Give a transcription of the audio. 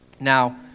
Now